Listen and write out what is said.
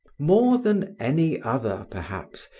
more than any other, perhaps,